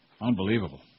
Unbelievable